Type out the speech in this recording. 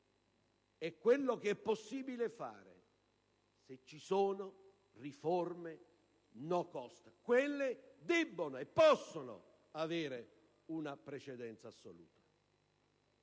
e quello che è possibile fare se ci sono riforme *no cost*. Quelle devono e possono avere una precedenza assoluta.